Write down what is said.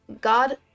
God